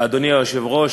אדוני היושב-ראש,